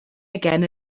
again